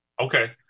okay